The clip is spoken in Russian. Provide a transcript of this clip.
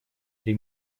три